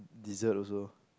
dessert also